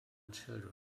children